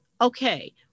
okay